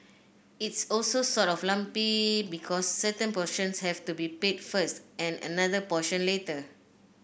it's also sort of lumpy because certain portions have to be paid first and another portion later